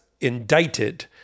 indicted